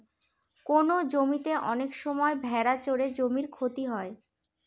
কোনো জমিতে অনেক সময় ভেড়া চড়ে জমির ক্ষতি হয়